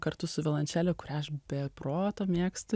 kartu su violončele kurią aš be proto mėgstu